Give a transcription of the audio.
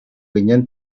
ginen